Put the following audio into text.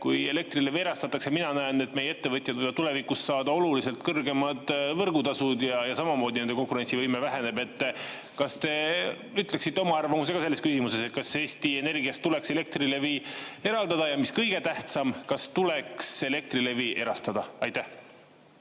kui Elektrilevi erastatakse? Mina näen, et meie ettevõtjad võivad tulevikus saada oluliselt kõrgemad võrgutasud ja samamoodi nende konkurentsivõime väheneb. Kas te ütleksite oma arvamuse ka selles küsimuses? Kas Eesti Energiast tuleks Elektrilevi eraldada ja mis kõige tähtsam: kas tuleks Elektrilevi erastada? Kristjan